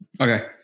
Okay